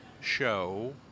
show